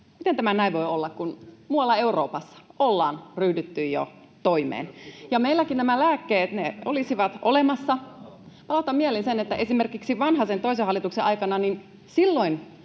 Miten tämä näin voi olla, kun muualla Euroopassa ollaan ryhdytty jo toimeen? Meilläkin nämä lääkkeet olisivat olemassa. Palautan mieliin sen, että esimerkiksi Vanhasen toisen hallituksen aikana silloin